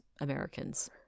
Americans